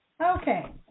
Okay